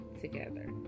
together